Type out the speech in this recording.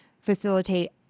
facilitate